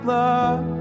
love